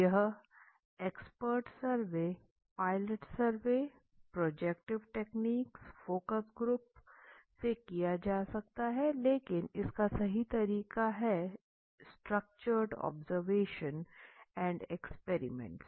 यह expert survey pilot survey projective techniques focus groups से किया जा सकता है लेकिन इसका सही तरीका है स्त्रुक्टुरेस ऑब्ज़रवशन्स एंड एक्सपेरिमेंट्स